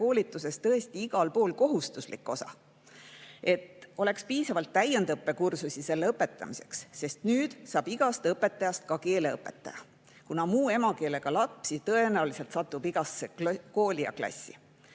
õpetajakoolituses tõesti igal pool kohustuslik. Et oleks piisavalt täiendõppekursusi selle õpetamiseks, sest nüüd saab igast õpetajast ka keeleõpetaja, kuna muu emakeelega lapsi tõenäoliselt satub igasse kooli ja klassi.